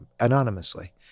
anonymously